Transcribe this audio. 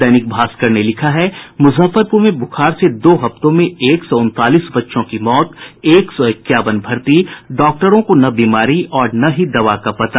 दैनिक भास्कर ने लिखा है मुजफ्फरपुर में बुखार से दो हफ्तों में एक सौ उनतालीस बच्चों की मौत एक सौ इक्यावन भर्ती डॉक्टरों को न बीमारी और न ही दवा का पता